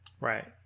right